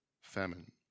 famine